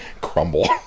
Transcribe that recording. crumble